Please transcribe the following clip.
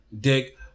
Dick